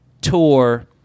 tour